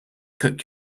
cook